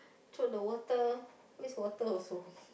throw the water waste water also